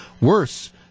Worse